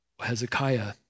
Hezekiah